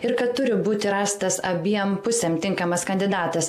ir kad turi būti rastas abiem pusėm tinkamas kandidatas